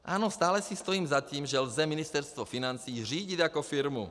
Ano, stále si stojím za tím, že lze Ministerstvo financí řídit jako firmu.